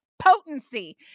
Potency